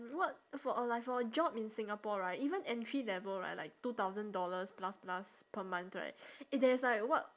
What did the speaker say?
work for a like for a job in singapore right even entry level right like two thousand dollars plus plus per month right it there is like what